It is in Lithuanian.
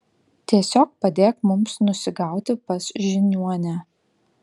tiesiog padėk mums nusigauti pas žiniuonę